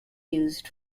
used